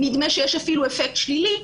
נדמה שיש אפילו אפקט שלילי.